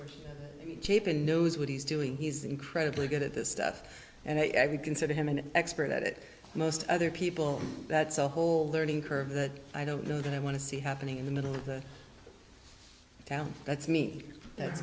chip in knows what he's doing he's incredibly good at this stuff and i consider him an expert at it most other people that's a whole learning curve that i don't know that i want to see happening in the middle of the town that's me that's